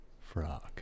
frog